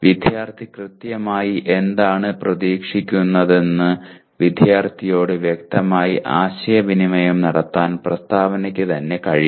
വിദ്യാർത്ഥി കൃത്യമായി എന്താണ് പ്രതീക്ഷിക്കുന്നതെന്ന് വിദ്യാർത്ഥിയോട് വ്യക്തമായി ആശയവിനിമയം നടത്താൻ പ്രസ്താവനയ്ക്ക് തന്നെ കഴിയണം